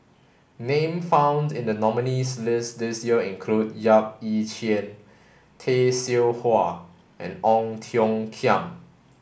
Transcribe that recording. name found in the nominees' list this year include Yap Ee Chian Tay Seow Huah and Ong Tiong Khiam